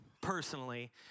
personally